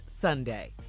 Sunday